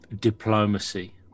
diplomacy